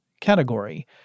category